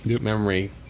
memory